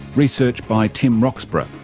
research by tim roxburgh,